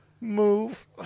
move